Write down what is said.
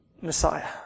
Messiah